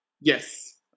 Yes